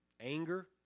anger